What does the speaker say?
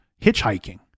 hitchhiking